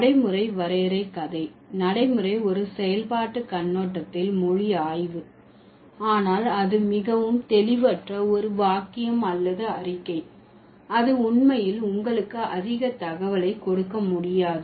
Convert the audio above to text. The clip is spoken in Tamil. நடைமுறை வரையறை கதை நடைமுறை ஒரு செயல்பாட்டு கண்ணோட்டத்தில் மொழி ஆய்வு ஆனால் அது மிகவும் தெளிவற்ற ஒரு வாக்கியம் அல்லது அறிக்கை அது உண்மையில் உங்களுக்கு அதிக தகவலை கொடுக்க முடியாது